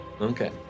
Okay